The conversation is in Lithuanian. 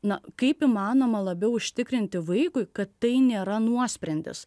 na kaip įmanoma labiau užtikrinti vaikui kad tai nėra nuosprendis